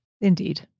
Indeed